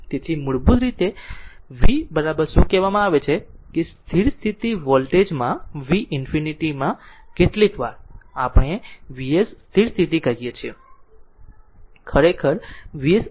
તેથી મૂળભૂત રીતે v શું કહેવામાં આવે છે કે સ્થિર સ્થિતિ વોલ્ટેજ માં v ∞ માં કેટલીકવાર આપણે Vs સ્થિર સ્થિતિ કહીએ છીએ ખરેખર Vs આ વોલ્ટેજ